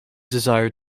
desire